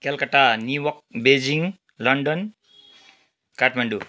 Calcutta new York Beijing London Kathmandu